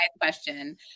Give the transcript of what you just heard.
question